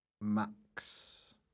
Max